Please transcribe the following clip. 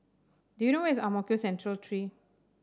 do you know where is Ang Mo Kio Central Three